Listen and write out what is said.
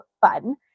fun